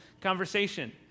conversation